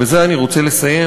ובזה אני רוצה לסיים,